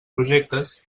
projectes